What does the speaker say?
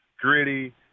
gritty